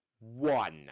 One